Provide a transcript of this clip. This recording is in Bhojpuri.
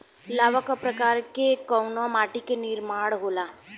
लावा क प्रवाह से कउना माटी क निर्माण होला?